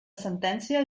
sentència